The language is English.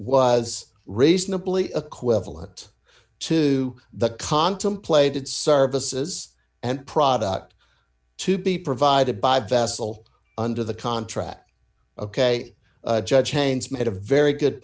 was reasonably a quibble it to the contemplated services and product to be provided by vessel under the contract ok judge haynes made a very good